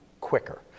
quicker